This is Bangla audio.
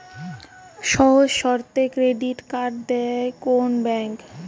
সহজ শর্তে ক্রেডিট কার্ড দেয় কোন ব্যাংক?